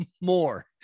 more